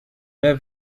mehr